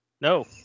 no